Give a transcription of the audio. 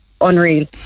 unreal